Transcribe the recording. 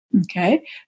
Okay